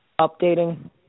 updating